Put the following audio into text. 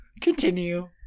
continue